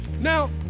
Now